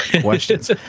questions